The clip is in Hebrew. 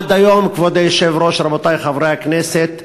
עד היום, כבוד היושב-ראש, רבותי חברי הכנסת,